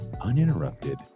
uninterrupted